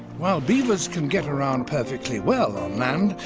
while beavers can get around perfectly well on land,